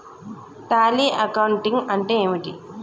Tally accounting అంటే ఏమిటి?